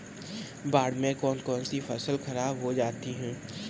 बाढ़ से कौन कौन सी फसल खराब हो जाती है?